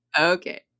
Okay